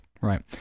Right